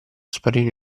sparire